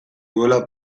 duela